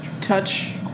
touch